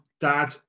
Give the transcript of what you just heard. dad